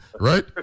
right